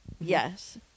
Yes